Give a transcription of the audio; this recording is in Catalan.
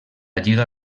lliga